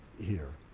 here.